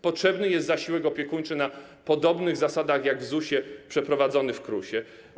Potrzebny jest zasiłek opiekuńczy na podobnych zasadach jak w ZUS-ie wprowadzony w KRUS-ie.